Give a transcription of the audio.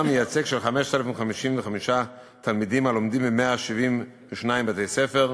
מייצג של 5,055 תלמידים הלומדים ב-172 בתי-ספר,